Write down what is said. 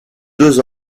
deux